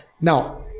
Now